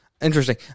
Interesting